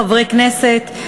חברי כנסת,